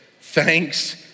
thanks